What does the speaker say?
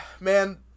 Man